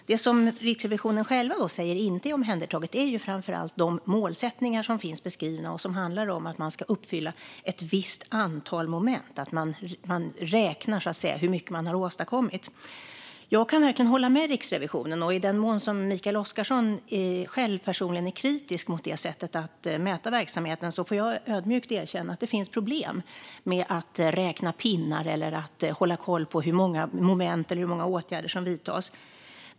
Det som Riksrevisionen själva säger inte är omhändertaget är framför allt de målsättningar som finns beskrivna och som handlar om att man ska uppfylla ett visst antal moment. De räknar så att säga hur mycket man har åstadkommit. Jag kan verkligen hålla med Riksrevisionen. I den mån Mikael Oscarsson personligen är kritisk mot detta sätt att mäta verksamheten får jag ödmjukt erkänna att det finns problem med att räkna pinnar, att hålla koll på alla moment eller hur många åtgärder som vidtas.